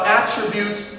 attributes